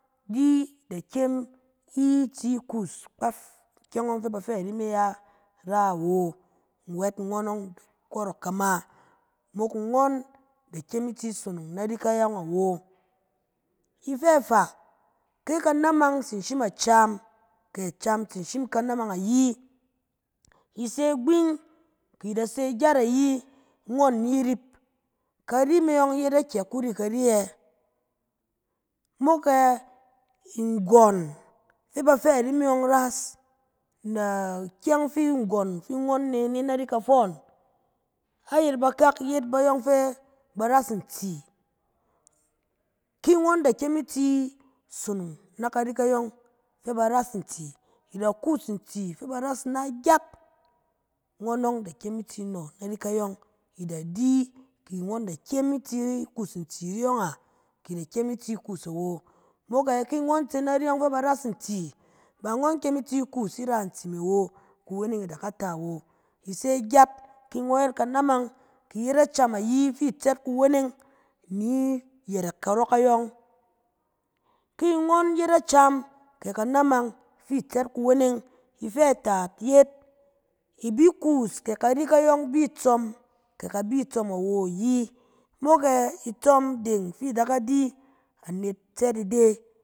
Di da kyem, i tsi kuus kpaf ikyɛng ɔng fɛ ba fɛ ari ye ra wo, wɛt ngɔn ɔng karak kama, mok ngɔn da kyem i tsi sonong na kari kayɔng awo. Ifɛ faa, ke kanamang tsin shim acam, kɛ acam tsin shim kanamang ayi, i se gbing kɛ i se gyat ayi, ngɔn ni rip, kari me ƴɔng yet akyɛ kuri kari yɛ? Mok-e nggɔn fɛ bafɛ ari me yɔng ras, na- ikyɛng fi nggɔn fi ngɔn ne ne nari kafɔɔn, a yet bakak yet bayɔng fɛ ba ras ntsi. Ki ngɔn da kyem i tsin sonong nari kayɔng fɛ ba ras ntsi, da kuus ntsi fɛ ba ras ina gyat. Ngɔn ɔng da kyem i tsi no nari kayɔng, i da di ki da kyem i sti kuus ntsi nayɔng a? Ki i da kyem i tsi kuus awo. mok e, ki ngɔn tse nari yɔng fɛ ba ras ntsi, ba ngɔn i kyem i tsi kuus i ra ntsi me wo, kuweneng e da ka tek awo. I se gyat, ki ngɔn yet kanamang kɛ yet acam ayi, fi i tsɛt kuweneng ni- yɛrɛk karɔ kayɔng. Ki ngɔn yet acam, kɛ kanamang fi i tsɛt kuweneng. Ifɛ taat yet, i bi kuus kɛ kari yɔng bi tsɔm kɛ ka bi tsɔm awo yɛ? Mok ɛ? Itsɔm deng fi i da ga di, anet tsɛt ide.